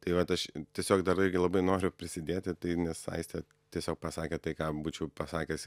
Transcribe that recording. tai vat aš tiesiog dar irgi labai noriu prisidėti tai nes aistė tiesiog pasakė tai ką būčiau pasakęs